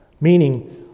Meaning